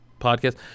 podcast